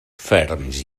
ferms